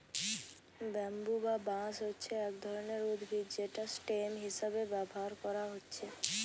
bamboo বা বাঁশ হচ্ছে এক রকমের উদ্ভিদ যেটা স্টেম হিসাবে ব্যাভার কোরা হচ্ছে